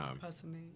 personally